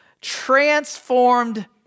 Transformed